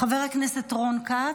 חבר הכנסת רון כץ,